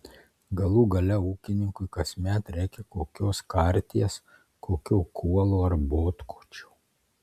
galų gale ūkininkui kasmet reikia kokios karties kokio kuolo ar botkočio